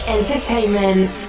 Entertainment